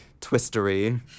twistery